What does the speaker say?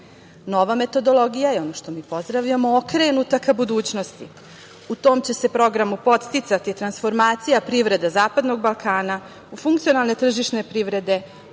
metodologija, je ono što mi pozdravljamo okrenut ka budućnosti. U to će se programu podsticati transformacija privreda Zapadnog Balkana, funkcionalne tržišne privrede